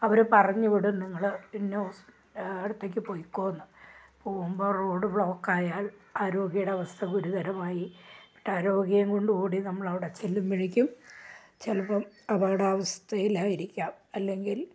അവരെ പറഞ്ഞു വിടും നിങ്ങൾ ഇന്ന ഹോസ് ഇടത്തേക്ക് പോയ്ക്കോ എന്ന് പോകുമ്പോൾ റോഡ് ബ്ലോക്ക് ആയാൽ ആ രോഗിയുടെ അവസ്ഥ ഗുരുതരമായി എന്നിട്ട് ആ രോഗിയെയും കൊണ്ട് ഓടി നമ്മൾ അവിടെ ചെല്ലുമ്പോഴേക്കും ചിലപ്പം അപകടാവസ്ഥയിൽ ആയിരിക്കാം അല്ലെങ്കിൽ